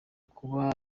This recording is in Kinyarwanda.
kuba